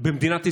במדינת ישראל,